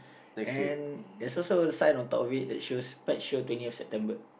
and there's also a sign on top of it that shows pet show twentieth September